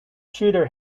tudor